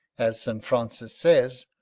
as st. francis says,